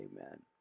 Amen